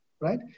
right